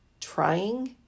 trying